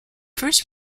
first